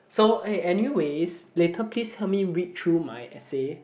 so eh anyways later please help me read through my essay